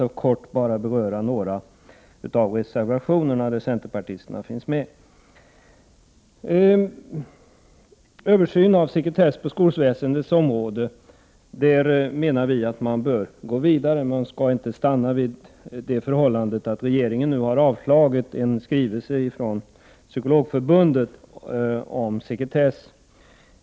Jag skall bara kortfattat beröra de reservationer där centerpartisterna finns med. Vi menar att man bör gå vidare med en översyn av sekretessen på skolväsendets område; man skall inte stanna vid det förhållandet att regeringen nu har avslagit en skrivelse från Psykologförbundet om sekretess.